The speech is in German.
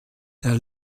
der